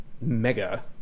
mega